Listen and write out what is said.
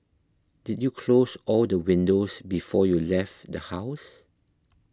did you close all the windows before you left the house